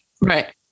Right